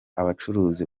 abacuruzi